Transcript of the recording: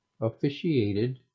officiated